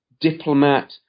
diplomat